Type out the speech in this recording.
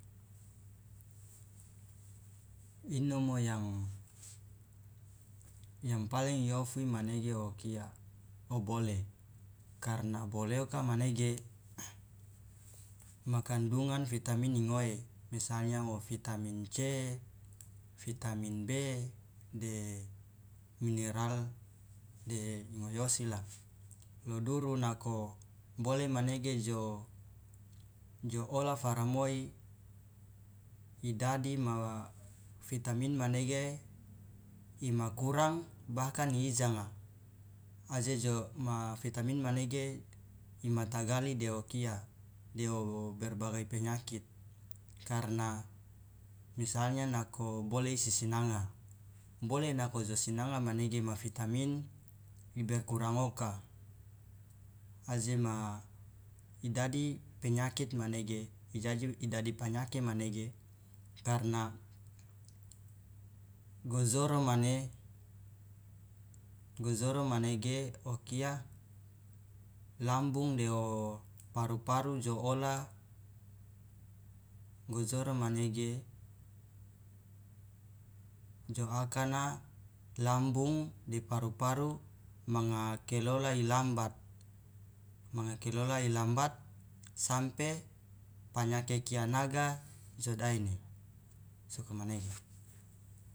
Inomo yang paling iofi manege okia obole karna bole oka manege ma kandungan vitamin ingoe misalnya ovitamin c vitamin b de mineral de ingoe osi la lo duru nako bole manege jo jo ola faramoi idadi ma vitamin manege imakurang bahkan iijanga aje jo ma vitamin manege imatagali de okia deo berbagai penyakit karna misalnya nako bole isisinanga bole nako josinanga manege ma vitamin iberkurang oka aje ma idadi penyakit manege idadi panyake manege karna gojoro mane gojoro manege okia lambung deo paru paru jo ola gojoro manege jo akana lambung de paru paru manga kelola ilambat manga kelola ilambat sampe panyake kianaga jo daenae sokomanege.